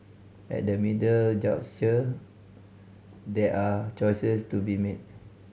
at the middle juncture there are choices to be made